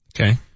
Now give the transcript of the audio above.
Okay